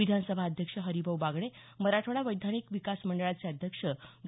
विधानसभा अध्यक्ष हरीभाऊ बागडे मराठवाडा वैधानिक विकास मंडळाचे अध्यक्ष डॉ